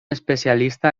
especialista